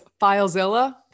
filezilla